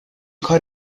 کار